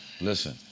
Listen